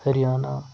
Haryana